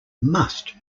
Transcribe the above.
must